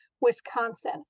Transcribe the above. wisconsin